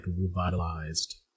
revitalized